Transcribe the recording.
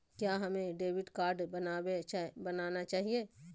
क्या हमें debit card बनाना चाहिए?